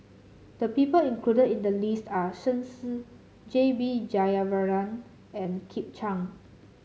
the people included in the list are Shen Xi J B Jeyaretnam and Kit Chan